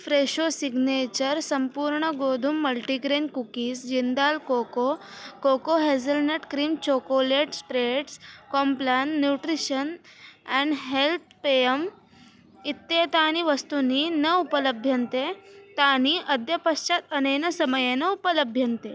Fresho signature सम्पूर्णगोधूम् multigrain cookies Jindal cocoa cocoa hazelnut cream chocolate spreads Complan nutrition and health पेयम् इत्येतानि वस्तूनि न उपलभ्यन्ते तानि अद्यपश्चात् अनेन समयेन उपलभ्यन्ते